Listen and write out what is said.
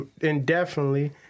indefinitely